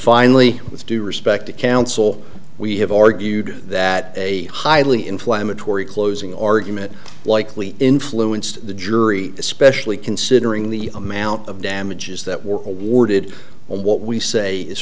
finally with due respect to counsel we have argued that a highly inflammatory closing argument likely influenced the jury especially considering the amount of damages that were awarded on what we say is